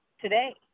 today